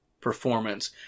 performance